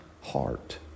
heart